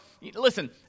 Listen